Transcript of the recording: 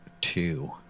two